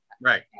Right